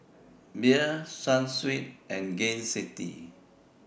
Bia Sunsweet and Gain City